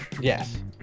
Yes